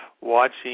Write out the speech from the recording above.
watching